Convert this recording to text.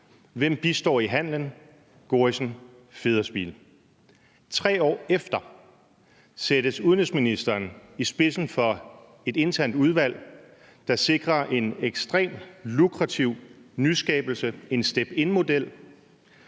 Hvem bistår ved handelen? Gorrissen Federspiel. 3 år efter sættes udenrigsministeren i spidsen for et internt udvalg, der sikrer en ekstremt lukrativ nyskabelse – en step in-model.